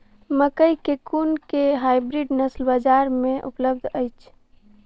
मकई केँ कुन केँ हाइब्रिड नस्ल बजार मे उपलब्ध अछि?